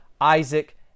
isaac